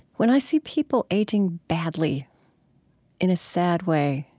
when i see people aging badly in a sad way,